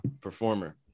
performer